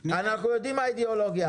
אידיאולוגיה, אנחנו יודעים מה האידיאולוגיה.